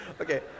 Okay